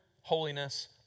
holiness